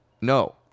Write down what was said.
No